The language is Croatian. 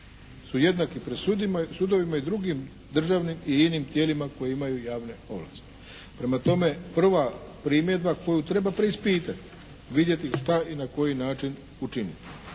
su jednaki pred sudovima i drugim državnim i inim tijelima koji imaju javne ovlasti. Prema tome prva primjedba koju treba preispitati, vidjeti šta i na koji način učiniti.